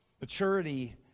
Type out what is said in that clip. Maturity